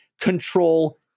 control